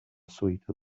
sweeter